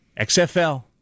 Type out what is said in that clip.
XFL